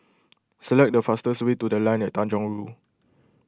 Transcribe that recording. select the fastest way to the Line At Tanjong Rhu